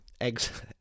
Eggs